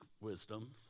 wisdom